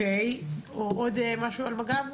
עוד משהו על מג"ב?